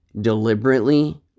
deliberately